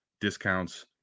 discounts